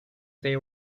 they